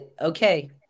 okay